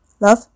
Love